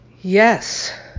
yes